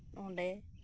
ᱚᱸᱰᱮ